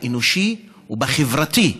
באנושי ובחברתי,